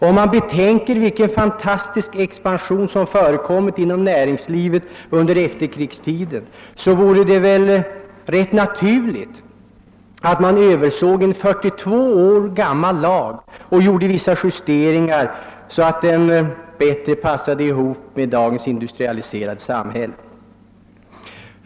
Om man betänker vilken fantastisk expansion som förekommit inom näringslivet under efterkrigstiden vore det väl ganska naturligt att man såg över en 42 år gammal lag och gjorde vissa justeringar så att den bättre passade dagens industrialiserade samhälle.